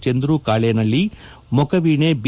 ಚಂದ್ರು ಕಾಳೇನಳ್ಳಿ ಮೊಕವೀಣೆ ಬಿ